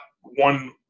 one